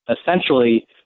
essentially